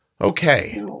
okay